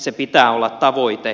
sen pitää olla tavoite